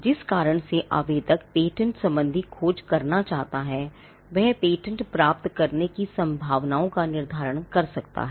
जिस कारण से आवेदक पेटेंट संबंधी खोज करना चाहता है वह पेटेंट प्राप्त करने की संभावनाओं का निर्धारण कर सकता है